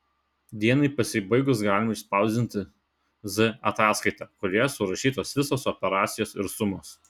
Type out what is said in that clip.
dienai pasibaigus galima išspausdinti z ataskaitą kurioje surašytos visos operacijos ir sumos